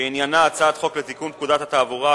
שעניינה תיקון פקודת התעבורה,